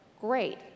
great